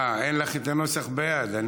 אין לך את הנוסח ביד?